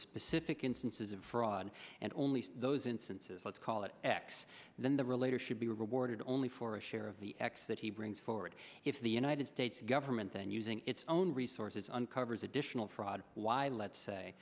specific instances of fraud and only those instances let's call it x then the relator should be rewarded only for a share of the x that he brings forward if the united states government and using its own resources uncovers additional fraud why let's say